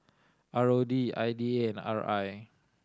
R O D I D A and R I